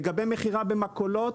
לגבי מכירה במכולות,